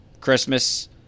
Christmas